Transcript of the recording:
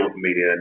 media